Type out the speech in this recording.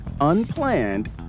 unplanned